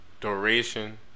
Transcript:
duration